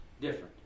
different